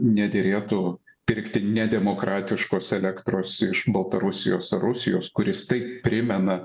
nederėtų pirkti nedemokratiškos elektros iš baltarusijos ar rusijos kuris tai primena